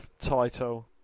title